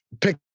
Pick